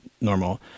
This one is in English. normal